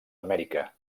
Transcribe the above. amèrica